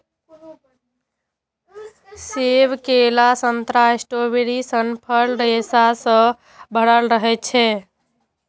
सेब, केला, संतरा, स्ट्रॉबेरी सन फल रेशा सं भरल रहै छै